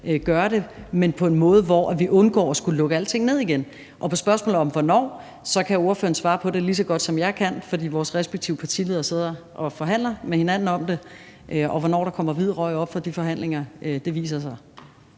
gøre det, men på en måde, hvor vi undgår at skulle lukke alting ned igen. Og med hensyn til spørgsmålet om, hvornår det sker, så kan ordføreren svare på det lige så godt, som jeg kan, for vores respektive partiledere sidder og forhandler med hinanden om det, og hvornår der kommer hvid røg op fra de forhandlinger, vil vise sig.